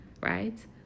Right